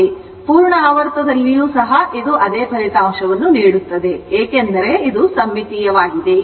ಪೂರ್ಣ ಆವರ್ತದಲ್ಲಿಯೂ ಸಹ ಇದು ಅದೇ ಫಲಿತಾಂಶವನ್ನು ನೀಡುತ್ತದೆ ಏಕೆಂದರೆ ಇದು ಸಮ್ಮಿತೀಯವಾಗಿದೆ